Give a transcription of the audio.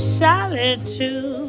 solitude